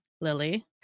lily